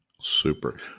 Super